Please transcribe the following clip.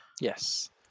Yes